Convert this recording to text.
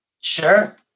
Sure